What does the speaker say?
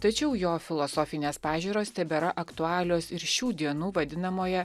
tačiau jo filosofinės pažiūros tebėra aktualios ir šių dienų vadinamoje